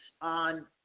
on